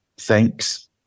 thanks